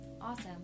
awesome